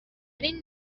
این